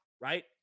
right